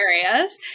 areas